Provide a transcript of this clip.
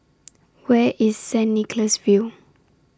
Where IS Saint Nicholas View